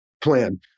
plan